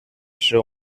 seu